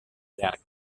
llarg